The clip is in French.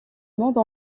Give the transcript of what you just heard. monde